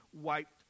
wiped